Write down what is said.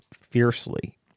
fiercely